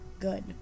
good